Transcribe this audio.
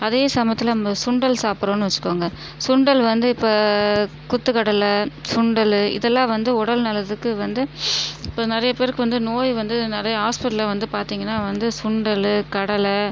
அதே சமயத்தில் நம்ப சுண்டல் சாப்பிடுறோனு வச்சுக்கோங்க சுண்டல் வந்து இப்போ கொத்துக்கடலை சுண்டலு இதெல்லாம் வந்து உடல்நலத்துக்கு வந்து இப்போ நிறைய பேருக்கு வந்து நோய் வந்து நிறைய ஹாஸ்பிட்டலில் வந்து பார்த்திங்கன்னா வந்து சுண்டல் கடலை